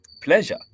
pleasure